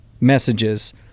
messages